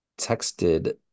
texted